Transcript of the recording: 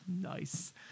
Nice